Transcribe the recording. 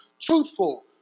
truthful